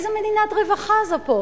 איזה מדינת רווחה זה פה?